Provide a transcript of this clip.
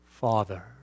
Father